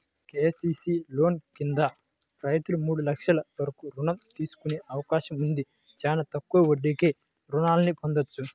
KCC loan కింద రైతులు మూడు లక్షల వరకు రుణం తీసుకునే అవకాశం ఉంది, చానా తక్కువ వడ్డీకే రుణాల్ని పొందొచ్చు